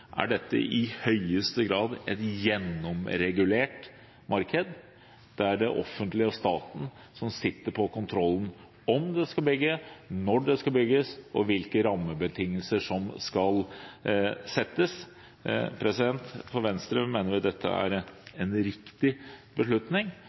er dette i høyeste grad et gjennomregulert marked, der det er det offentlige og staten som sitter på kontrollen – om det skal bygges, når det skal bygges, og hvilke rammebetingelser som skal settes. Venstre mener dette er